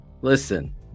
Listen